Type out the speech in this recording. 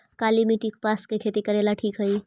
काली मिट्टी, कपास के खेती करेला ठिक हइ?